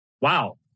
wow